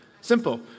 Simple